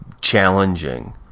challenging